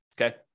okay